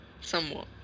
Somewhat